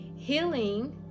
Healing